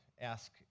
ask